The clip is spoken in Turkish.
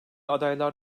adaylar